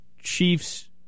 Chiefs